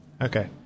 Okay